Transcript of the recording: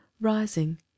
rising